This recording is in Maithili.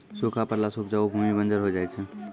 सूखा पड़ला सें उपजाऊ भूमि बंजर होय जाय छै